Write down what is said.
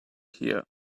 here